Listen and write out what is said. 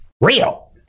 Real